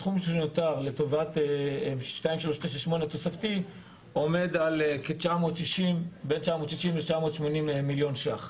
הסכום שנותר לטובת 2398 עומד על בין 960,000,000 ₪ ל- 980,000,000 ₪.